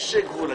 יש גבול.